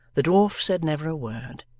the dwarf said never a word,